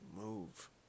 move